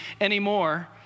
anymore